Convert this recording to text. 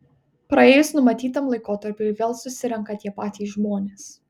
praėjus numatytam laikotarpiui vėl susirenka tie patys žmonės